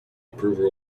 approval